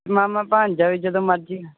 ਮਾਮਾ ਭਾਂਣਜਾ ਵੀ ਜਦੋਂ ਮਰਜ਼ੀ